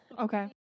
Okay